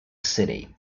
city